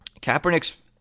Kaepernick's